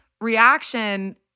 reaction